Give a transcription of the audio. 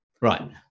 Right